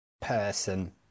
person